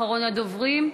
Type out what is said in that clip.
אחרון הדוברים.